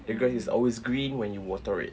the grass is always green when you water it